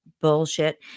bullshit